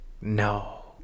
no